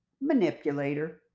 manipulator